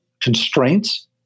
constraints